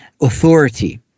authority